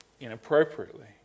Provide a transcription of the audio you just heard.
inappropriately